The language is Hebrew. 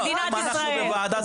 דרך אגב, לאש"ף יש סמלים משלה.